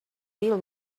deal